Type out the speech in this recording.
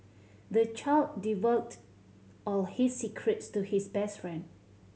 the child all his secrets to his best friend